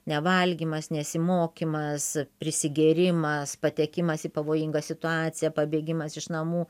nevalgymas nesimokymas prisigėrimas patekimas į pavojingą situaciją pabėgimas iš namų